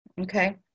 Okay